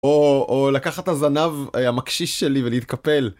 או לקחת את הזנב המקשיש שלי ולהתקפל.